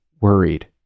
worried